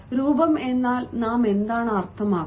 രൂപം എന്നാൽ നാം എന്താണ് അർത്ഥമാക്കുന്നത്